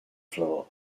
floor